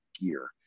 gear